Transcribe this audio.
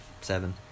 seven